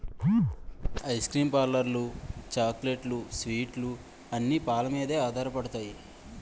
ice cream లు పార్లర్లు చాక్లెట్లు స్వీట్లు అన్ని పాలమీదే ఆధారపడతాయి